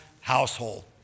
household